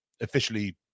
officially